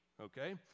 okay